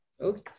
Okay